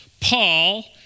Paul